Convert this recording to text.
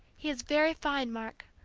he is very fine, mark,